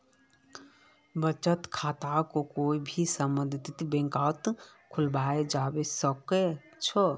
बचत खाताक कोई भी सम्बन्धित बैंकत खुलवाया जवा सक छे